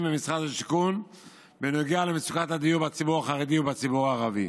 במשרד השיכון בנוגע למצוקת הדיור בציבור החרדי ובציבור הערבי.